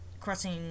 crossing